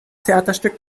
theaterstück